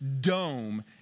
dome